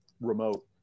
remote